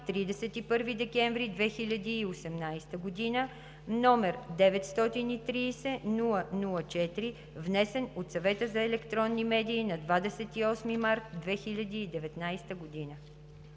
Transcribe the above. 31 декември 2018 г., № 930-00-4, внесен от Съвета за електронни медии на 28 март 2019 г.“